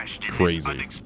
crazy